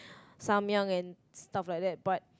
Samyang and stuff like that but